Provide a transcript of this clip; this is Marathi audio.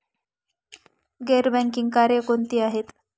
गैर बँकिंग कार्य कोणती आहेत?